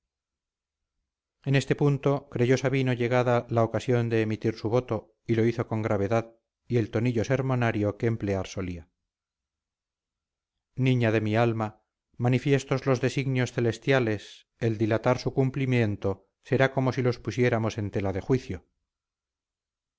en este punto creyó sabino llegada la ocasión de emitir su voto y lo hizo con gravedad y el tonillo sermonario que emplear solía niña de mi alma manifiestos los designios celestiales el dilatar su cumplimiento será como si los pusiéramos en tela de juicio